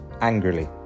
angrily